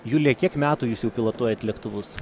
julija kiek metų jūs jau pilotuojat lėktuvus